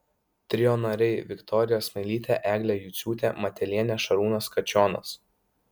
trio nariai viktorija smailytė eglė juciūtė matelienė šarūnas kačionas